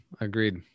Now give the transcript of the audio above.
Agreed